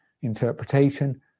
interpretation